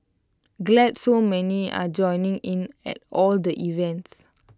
glad so many are joining in at all the events